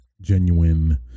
genuine